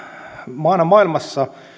maana maailmassa